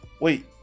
Wait